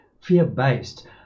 fear-based